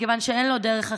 מכיוון שאין לו דרך אחרת,